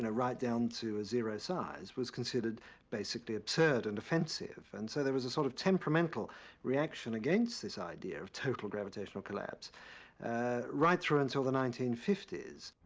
and right down to a zero size, was considered basically absurd and offensive. and so there was a sort of temperamental reaction against this idea of total gravitational collapse right through until the nineteen fifty s.